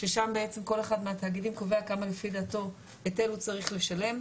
כששם בעצם כל אחד מהתאגידים קובע כמה לפי דעתו היטל הוא צריך לשלם.